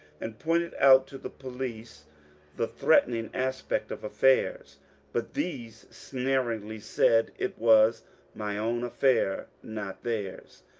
and pointed out to the police the threatening aspect of affairs but these sneeringly said it was my own affair, not theirs.